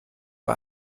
war